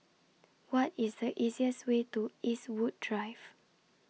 What IS The easiest Way to Eastwood Drive